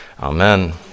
Amen